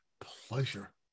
pleasure